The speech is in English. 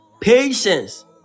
patience